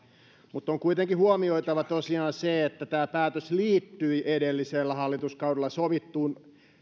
mutta on kuitenkin huomioitava tosiaan se että tämä päätös liittyi edellisellä hallituskaudella sovittuun